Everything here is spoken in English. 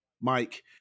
Mike